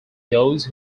those